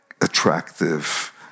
attractive